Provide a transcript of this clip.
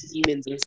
demons